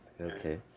Okay